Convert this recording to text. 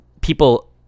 people